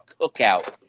cookout